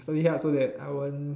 so ya so that I won't